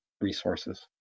resources